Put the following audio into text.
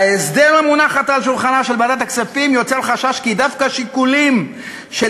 ההסדר המונח עתה על שולחנה של ועדת הכספים יוצר חשש כי דווקא השיקולים של